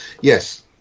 yes